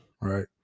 right